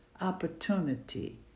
opportunity